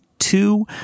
Two